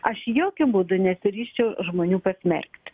aš jokiu būdu nesiryšiu žmonių pasmerkt